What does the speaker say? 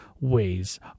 ways